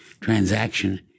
transaction